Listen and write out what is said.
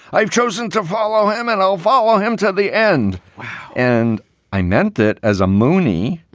i've chosen to follow him and i'll follow him to the end and i meant that as a moonie.